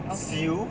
siew